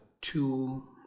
two